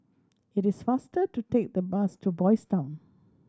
it is faster to take the bus to Boys' Town